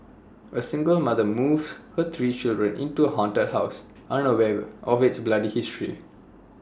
A single mother moves her three children into haunted house unaware of its bloody history